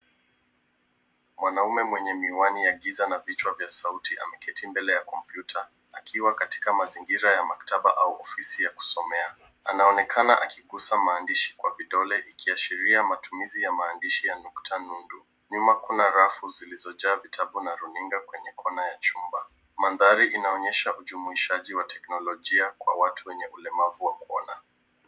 Mwanaume mwenye miwani ya giza na vichwa vya sauti ameketi mbele ya lompyuta akiwa katika mazingira ya maktaba au ofisi ya kusomea. Anaonekana akigusa maandishi kwa vidole ikiashiria matumizi ya maandishi ya nukta nundu. Nyuma kuna rafu zilizojaa vitabu na runinga kwenye kona ya chumba. Mandhari inaonyesha ujumuishaji wa teknolojia kwa watu wenye ulemavu wa kuona.